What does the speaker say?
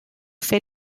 fet